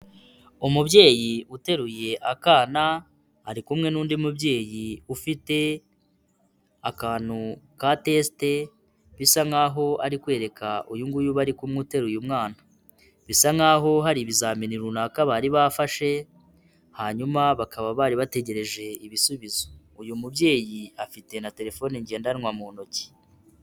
Umubyeyi uteruye akana ari kumwe n'undi mubyeyi ufite akantu ka tesite bisa nkaho ari kwereka uyu nguyu bari kumwe uteruye mwana. Bisa nkaho hari ibizamini runaka bari bafashe, hanyuma bakaba bari bategereje ibisubizo. Uyu mubyeyi afite na telefone ngendanwa mu ntoki.